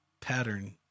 pattern